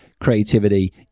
creativity